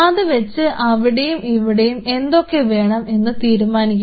അതുവെച്ച് അവിടെയും ഇവിടെയും എന്തൊക്കെ വേണം എന്ന് തീരുമാനിക്കുക